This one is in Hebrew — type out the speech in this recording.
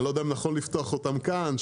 ואני לא יודע אם נכון לפתוח אותן כאן.